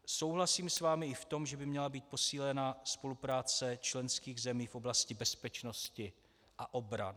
Souhlasím s vámi i v tom, že by měla být posílena spolupráce členských zemí v oblasti bezpečnosti a obrany.